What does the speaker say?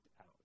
out